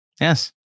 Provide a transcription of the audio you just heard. Yes